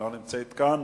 לא נמצאת כאן.